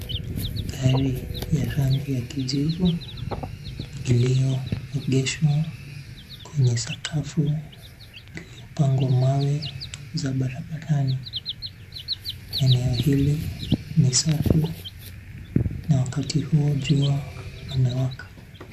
Gari ya rangi ya kijivu, ilioegeshwa kwenye sakafu iliyopangwa mawe za barabarani. Eneo hili ni safi na wakati huu jua amewaka.